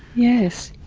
yes.